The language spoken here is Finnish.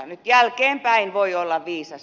nyt jälkeenpäin voi olla viisas